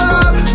up